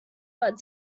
but